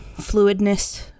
fluidness